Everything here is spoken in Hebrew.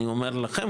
אני אומר לכם,